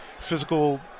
physical